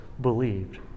believed